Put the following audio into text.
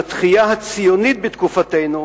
עם התחייה הציונית בתקופתנו,